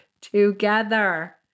together